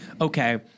okay